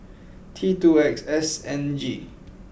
T two X S N G